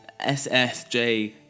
SSJ